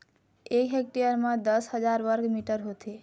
एक हेक्टेयर म दस हजार वर्ग मीटर होथे